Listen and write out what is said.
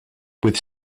with